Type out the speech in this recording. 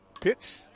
pitch